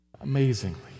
amazingly